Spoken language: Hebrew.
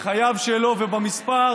בחייו שלו ובמספר,